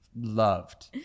loved